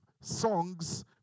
songs